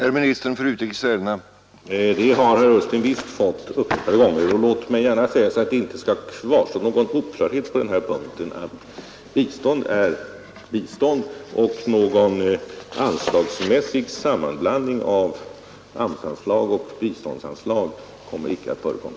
Herr talman! Det har herr Ullsten visst fått upprepade gånger. Låt mig gärna säga, för att det inte skall kvarstå någon oklarhet på den här punkten, att bistånd är bistånd, och någon anslagsmässig sammanblandning av AMS-anslag och biståndsanslag kommer icke att förekomma.